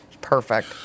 Perfect